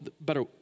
better